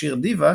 השיר "דיווה",